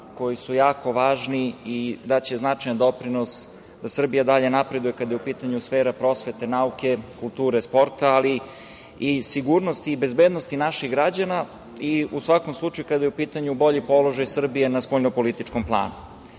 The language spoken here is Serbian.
koji su jako važni i daće značajan doprinos da Srbija dalje napreduje, kada je u pitanju sfera prosvete, nauke, kulture, sporta, ali i sigurnosti i bezbednosti naših građana i u svakom slučaju, kada je u pitanju bolji položaj Srbije na spoljnopolitičkom planu.U